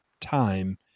time